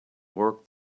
work